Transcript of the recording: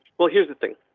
well, here's the thing.